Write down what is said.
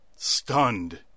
Stunned